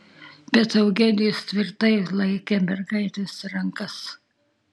bet eugenijus tvirtai laikė mergaitės rankas